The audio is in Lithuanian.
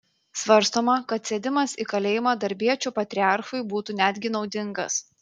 svarstoma kad sėdimas į kalėjimą darbiečių patriarchui būtų netgi naudingas